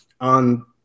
on